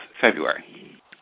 February